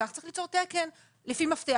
צריך ליצור תקן לפי מפתח,